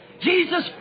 Jesus